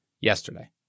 yesterday